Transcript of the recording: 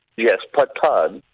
yes, per tonne.